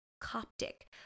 Coptic